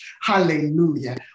hallelujah